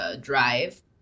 drive